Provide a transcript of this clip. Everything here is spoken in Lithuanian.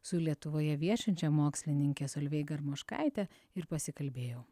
su lietuvoje viešinčia mokslininke solveiga armoškaite ir pasikalbėjau